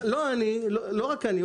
לא רק אני,